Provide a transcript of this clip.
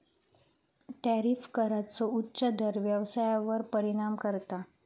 tariff कराचो उच्च दर व्यवसायावर परिणाम करता